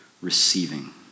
receiving